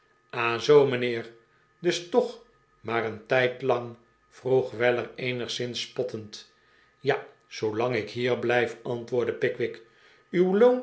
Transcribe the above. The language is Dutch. zoo mijnheer dus toch maar een tijdlang vroeg weller eenigszins spottend ja zoolang ik hier blijf antwoordde pickwick uw